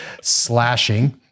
slashing